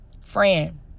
friend